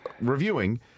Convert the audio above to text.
reviewing